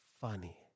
funny